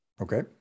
Okay